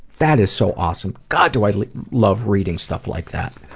that is so awesome. god do i love reading stuff like that.